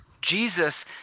Jesus